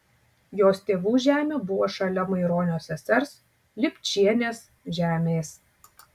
jos tėvų žemė buvo šalia maironio sesers lipčienės žemės